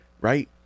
right